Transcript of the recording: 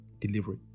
delivery